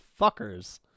fuckers